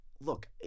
look